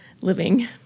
living